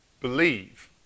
believe